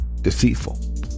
deceitful